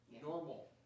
normal